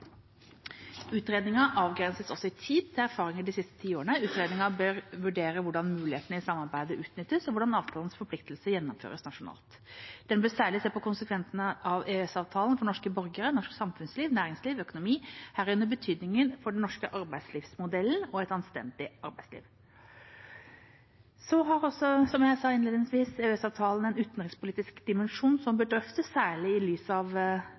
avgrenses også i tid, til erfaringer de siste tiårene. Utredningen bør vurdere hvordan mulighetene i samarbeidet utnyttes, og hvordan avtalens forpliktelser gjennomføres nasjonalt. Den vil særlig se på konsekvensene av EØS-avtalen for norske borgere, norsk samfunnsliv, næringsliv, økonomi, herunder betydningen for den norske arbeidslivsmodellen og et anstendig arbeidsliv. Så har også, som jeg sa innledningsvis, EØS-avtalen en utenrikspolitisk dimensjon som bør drøftes, særlig i lys av